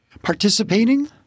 Participating